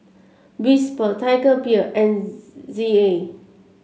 Whisper Tiger Beer and Z Z A